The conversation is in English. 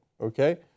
okay